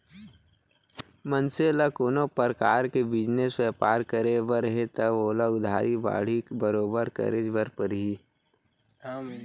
मनसे ल कोनो परकार के बिजनेस बयपार करे बर हे तव ओला उधारी बाड़ही बरोबर करेच बर परही